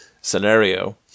scenario